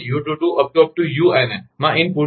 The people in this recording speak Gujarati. unn માં ઇનપુટ